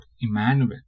Emmanuel